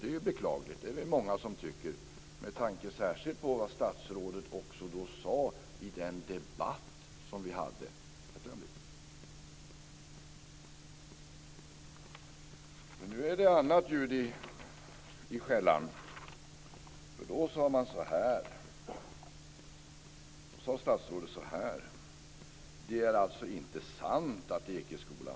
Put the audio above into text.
Det är beklagligt, särskilt med tanke på vad statsrådet sade i den debatt som vi hade om detta. Nu är det annat ljud i skällan. Hon sade då: Det är alltså inte sant att Ekeskolan ska stängas.